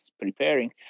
preparing